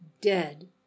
dead